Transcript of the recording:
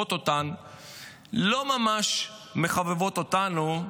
שסובבות אותן לא ממש מחבבות אותנו,